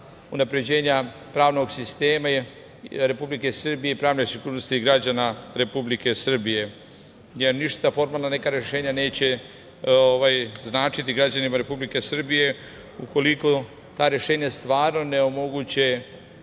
unapređenja pravnog sistema Republike Srbije i pravne sigurnosti građana Republike Srbije, jer ništa neka formalna rešenja neće značiti građanima Republike Srbije ukoliko ta rešenja stvarno ne omoguće